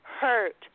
hurt